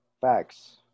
facts